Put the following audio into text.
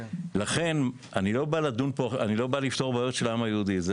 אני לא בא לפתור בעיות של העם היהודי זה